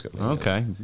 Okay